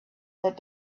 that